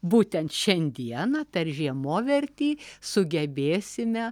būtent šiandieną per žiemovertį sugebėsime